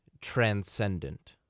transcendent